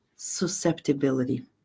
susceptibility